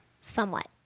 Somewhat